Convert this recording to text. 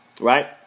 right